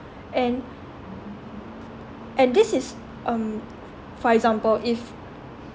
and and this is um for example if